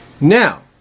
Now